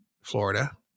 Florida